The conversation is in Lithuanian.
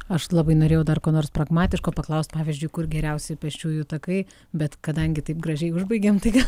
aš labai norėjau dar ko nors pragmatiško paklaust pavyzdžiui kur geriausi pėsčiųjų takai bet kadangi taip gražiai užbaigėm tai gal